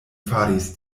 faris